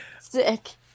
Sick